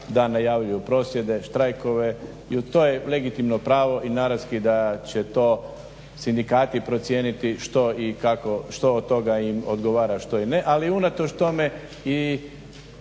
da najavljuju prosvjede, štrajkove i to je legitimno pravo i naravski da će to sindikati procijeniti što od toga im odgovara, što ne. Ali unatoč tome i